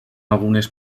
algunes